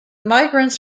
migrants